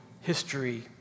history